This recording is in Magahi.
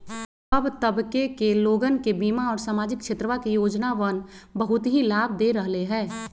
सब तबके के लोगन के बीमा और सामाजिक क्षेत्रवा के योजनावन बहुत ही लाभ दे रहले है